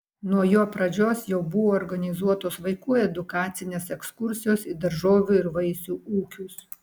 nuo jo pradžios jau buvo organizuotos vaikų edukacinės ekskursijos į daržovių ir vaisių ūkius